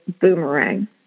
boomerang